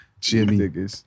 Jimmy